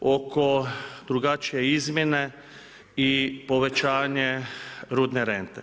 oko drugačije izmjene i povećanje rudne rente.